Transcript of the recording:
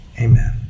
Amen